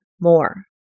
more